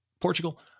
Portugal